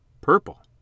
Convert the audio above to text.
Purple